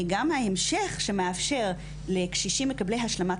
גם ההמשך שמאפשר לקשישים מקבלי השלמת